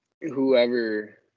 whoever